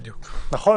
נכון?